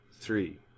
three